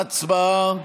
ההצבעה.